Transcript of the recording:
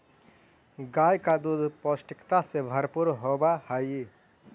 गाय का दूध पौष्टिकता से भरपूर होवअ हई